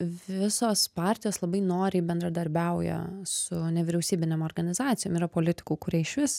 visos partijos labai noriai bendradarbiauja su nevyriausybinėm organizacijom yra politikų kurie išvis